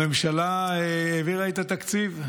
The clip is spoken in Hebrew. הממשלה העבירה את התקציב,